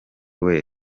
wese